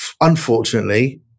unfortunately